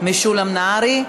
משולם נהרי.